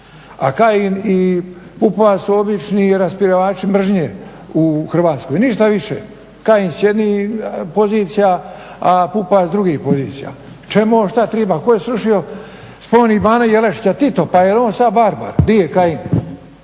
a Kajin i Pupovac su obični rasparači mržnje u Hrvatskoj, ništa više, Kajin s jednih pozicija a Pupa s drugih pozicija, čemu, šta treba, tko je srušio spomenik bana Jelačića? Tito, pa jel on sad barbar, di je Kajin,